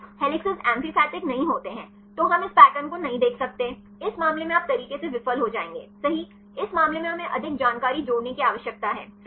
helices amphipathic नहीं हैं तो हम इस पैटर्न को नहीं देख सकते हैं इस मामले में आप तरीके से विफल हो जाएंगे सही इस मामले में हमें अधिक जानकारी जोड़ने की आवश्यकता है सही